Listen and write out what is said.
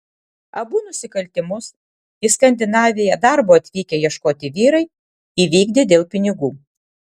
abu nusikaltimus į skandinaviją darbo atvykę ieškoti vyrai įvykdė dėl pinigų